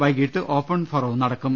വൈകീട്ട് ഓപൺ ഫോറവും നടക്കും